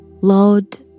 Lord